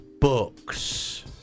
books